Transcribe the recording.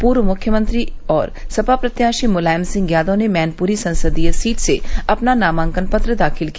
पूर्व मुख्यमंत्री और सपा प्रत्याशी मुलायम सिंह यादव ने मैनपुरी संसदीय सीट से अपना नामांकन पत्र दाखिल किया